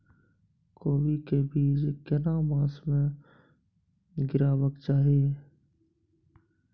कोबी के बीज केना मास में गीरावक चाही?